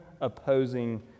opposing